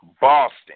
Boston